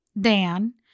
Dan